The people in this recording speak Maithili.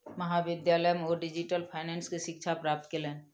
महाविद्यालय में ओ डिजिटल फाइनेंस के शिक्षा प्राप्त कयलैन